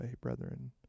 brethren